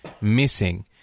missing